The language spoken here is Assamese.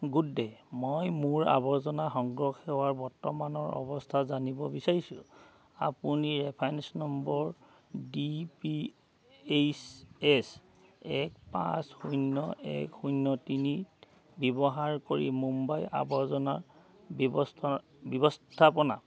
গুড ডে' মই মোৰ আৱৰ্জনা সংগ্ৰহ সেৱাৰ বৰ্তমানৰ অৱস্থা জানিব বিচাৰিছো আপুনি reference number D P H S এক পাঁচ শূন্য এক শূন্য তিনি ব্যৱহাৰ কৰি মুম্বাই আৱৰ্জনা ব্যৱস্থা ব্যৱস্থাপনা